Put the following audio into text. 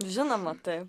žinoma taip